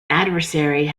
adversary